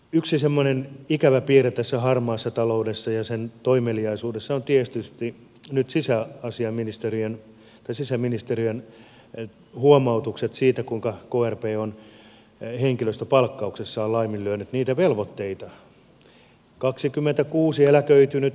yksi semmoinen ikävä piirre tässä harmaassa taloudessa ja sen toimeliaisuudessa on tietysti nyt sisäministeriön huomautukset siitä kuinka krp on henkilöstöpalkkauksessaan laiminlyönyt niitä velvoitteita